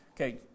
Okay